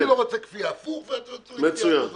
אני לא רוצה כפייה הפוך, ולא כפייה כזאת.